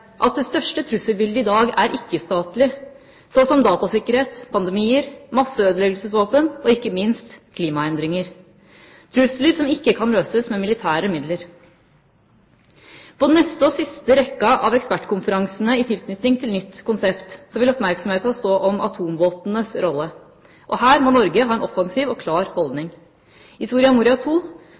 at det største trusselbildet i dag er ikke-statlig, så som datasikkerhet, pandemier, masseødeleggelsesvåpen og ikke minst klimaendringer. Dette er trusler som ikke kan løses med militære midler. På den neste og siste i rekka av ekspertkonferanser i tilknytning til nytt konsept vil oppmerksomheten stå om atomvåpnenes rolle. Og her må Norge ha en offensiv og klar holdning. I Soria Moria II